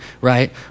right